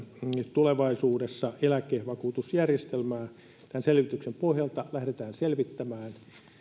tulevaisuudessa eläkevakuutusjärjestelmää tämän selvityksen pohjalta lähdetään selvittämään